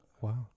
Wow